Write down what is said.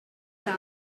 sour